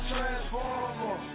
Transformer